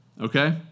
Okay